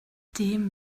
dem